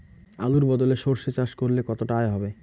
আলুর বদলে সরষে চাষ করলে কতটা আয় হবে?